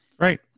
Right